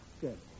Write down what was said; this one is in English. good